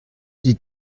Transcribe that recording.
die